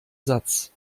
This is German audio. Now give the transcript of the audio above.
satz